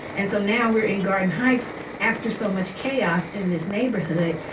and so now we're in garden heights after so much chaos in this neighborhood,